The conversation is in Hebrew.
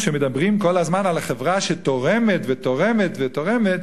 כשמדברים כל הזמן על החברה שתורמת ותורמת ותורמת,